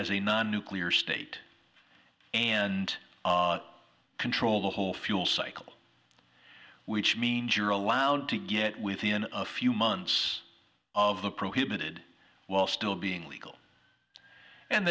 as a non nuclear state and control the whole fuel cycle which means you're allowed to get within a few months of the prohibited well still being legal and